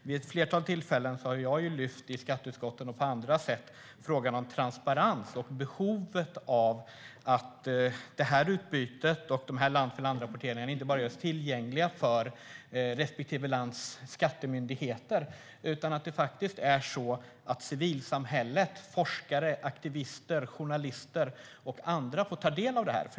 Vid ett flertal tillfällen har jag i skatteutskottet och i andra sammanhang lyft upp frågan om transparens, behovet av det här utbytet och att land-för-land-rapporteringarna inte bara görs tillgängliga för respektive lands skattemyndigheter utan att civilsamhället - forskare, aktivister, journalister och andra - faktiskt också får ta del av det här.